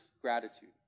gratitude